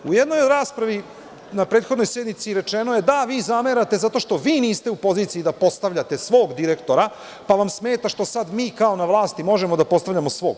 U jednoj raspravi na prethodnoj sednici rečeno je da vi zamerate zato što vi niste u poziciji da postavljate svog direktora, pa vam smeta što sada mi kao na vlasti možemo da postavljamo svog.